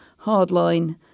hardline